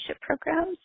programs